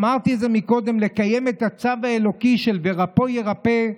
אמרתי את זה קודם: לקיים את הצו האלוקי "רפא ירפא",